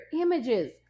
images